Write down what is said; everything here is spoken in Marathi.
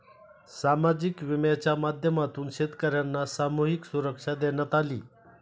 सामाजिक विम्याच्या माध्यमातून शेतकर्यांना सामूहिक सुरक्षा देण्यात आली